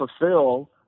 fulfill